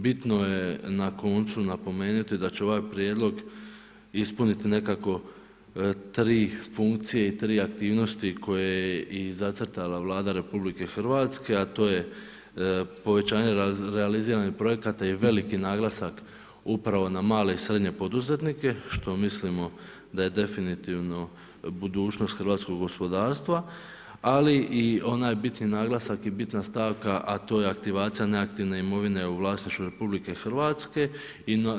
Bitno je na koncu napomenuti da će ovaj prijedlog ispuniti nekako tri funkcije i tri aktivnosti koje je i zacrtala Vlada Republike Hrvatske, a to je povećanje realiziranih projekata i veliki naglasak upravo na male i srednje poduzetnike što mislimo da je definitivno budućnost hrvatskog gospodarstva, ali i onaj bitni naglasak i bitna stavka a to je aktivacija neaktivne imovine u vlasništvu Republike Hrvatske.